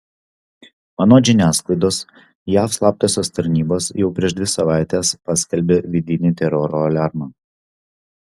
anot žiniasklaidos jav slaptosios tarnybos jau prieš dvi savaites paskelbė vidinį teroro aliarmą